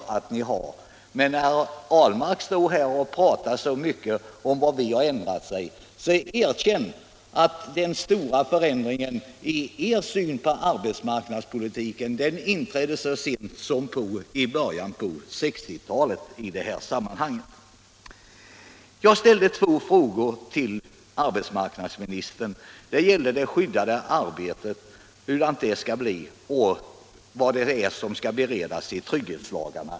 Men med tanke på att herr Ahlmark talade så mycket om hur vi har ändrat uppfattning i dessa frågor undrar jag, om han ändå inte vill erkänna att den stora förändringen i er syn på arbetsmarknadspolitiken inträffade så sent som i början på 1960-talet. Jag ställde två frågor till arbetsmarknadsministern om hur det skall bli med det skyddade arbetet och om vad som förbereds beträffande trygghetslagarna.